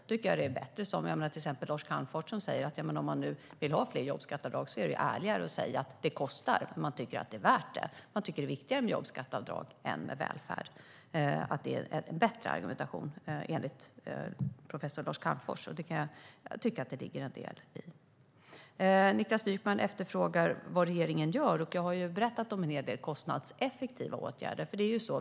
Då tycker jag att det är bättre som till exempel Lars Calmfors säger: Om man nu vill ha fler jobbskatteavdrag är det ärligare att säga att det kostar men att man tycker att det är värt det. Man tycker att det är viktigare med jobbskatteavdrag än med välfärd. Det är en bättre argumentation, enligt professor Lars Calmfors, och jag kan tycka att det ligger en del i det. Niklas Wykman efterfrågar vad regeringen gör. Jag har ju berättat om en hel del kostnadseffektiva åtgärder.